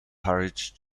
parish